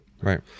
Right